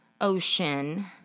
ocean